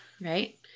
Right